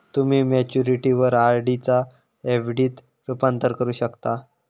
तुम्ही मॅच्युरिटीवर आर.डी चा एफ.डी त रूपांतर करू शकता